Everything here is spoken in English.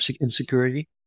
insecurity